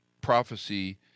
prophecy